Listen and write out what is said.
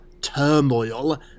turmoil